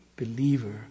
believer